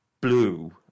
Blue